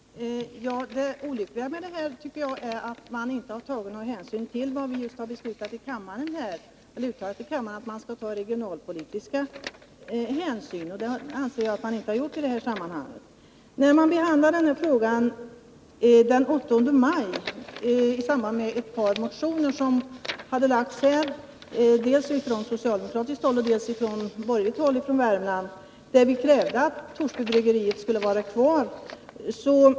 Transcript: Herr talman! Det olyckliga med detta tycker jag är att man inte tagit hänsyn till vad vi beslutat i kammaren, nämligen att man skall ta regionalpolitiska hänsyn. Det anser jag att man inte gjort i detta sammanhang. Vi behandlade denna fråga den 8 maj förra året i samband med ett par motioner som väckts, dels från socialdemokratiskt håll, dels från borgerligt håll i Värmland, där man krävde att Torsbybryggeriet skulle vara kvar.